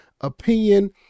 opinion